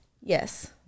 yes